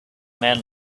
man